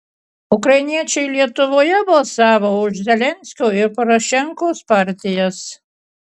ukrainiečiai lietuvoje balsavo už zelenskio ir porošenkos partijas